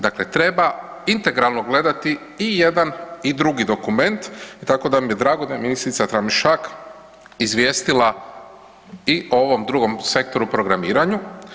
Dakle, treba integralno gledati i jedan i drugi dokument, tako da mi je drago da je ministrica Tramišak izvijestila i o ovom drugom sektoru programiranju.